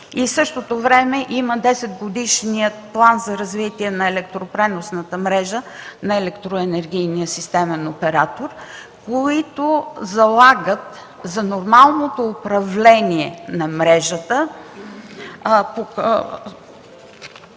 В същото време има 10-годишен план в електропреносната мрежа на Електроенергийния системен оператор. Те залагат на нормалното управление на мрежата